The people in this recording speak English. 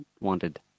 wanted